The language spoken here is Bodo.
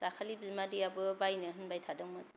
दाखालि बिमादैआबो बायनो होनबाय थादोंमोन